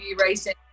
Racing